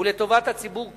ולטובת הציבור כולו,